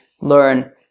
learn